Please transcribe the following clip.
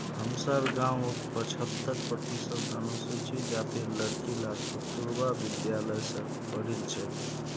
हमसार गांउत पछहत्तर प्रतिशत अनुसूचित जातीर लड़कि ला कस्तूरबा विद्यालय स पढ़ील छेक